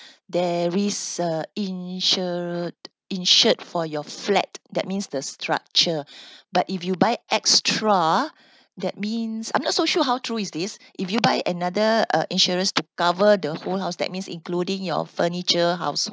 there is uh insured insured for your flat that means the structure but if you buy extra that means I'm not so sure how true is this if you buy another uh insurance to cover the whole house that means including your furniture household